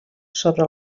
sobre